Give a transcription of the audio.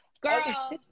girl